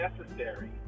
necessary